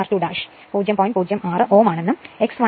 06 ohm ആണെന്നും x 1x 2 0